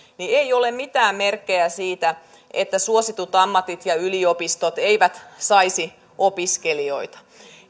ei ole mitään merkkejä siitä että suositut ammatit ja yliopistot eivät saisi opiskelijoita